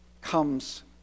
comes